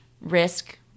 risk